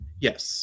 yes